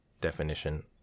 Definition